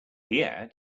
pierre